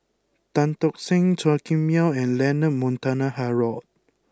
Tan Tock Seng Chua Kim Yeow and Leonard Montague Harrod